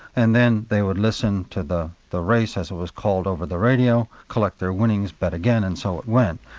and then they would listen to the the race as it was called over the radio, collect their winnings, bet again, and so it went.